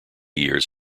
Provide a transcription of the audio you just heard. years